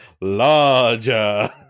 larger